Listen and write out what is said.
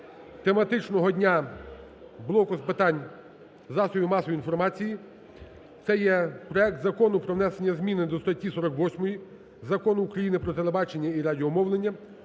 тематичного дня блоку з питань засобів масової інформації, це є проект Закону про внесення зміни до статті 48 Закону України "Про телебачення і радіомовлення"